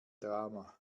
drama